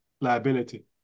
liability